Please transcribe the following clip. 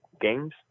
games